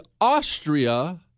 Austria